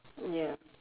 ya